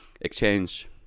exchange